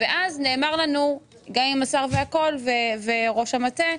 ואז נאמר לנו, עם השר ועם ראש המטה,